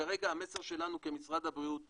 כרגע המסר שלנו כמשרד הבריאות,